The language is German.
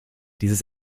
dieses